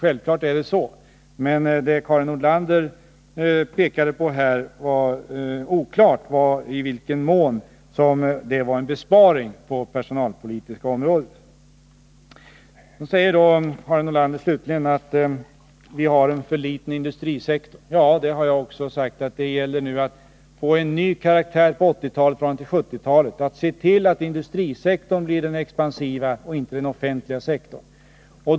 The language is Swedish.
Självfallet är det så, men det är oklart i vilken mån det Karin Nordlander här pekade på var en besparing på det personalpolitiska området. Karin Nordlander sade slutligen att vi har en för liten industrisektor. Ja, det har också jag sagt, och det gäller nu att få en ny karaktär på 1980-talet i förhållande till 1970-talet, att se till att industrisektorn och inte den offentliga sektorn blir expansiv.